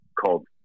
called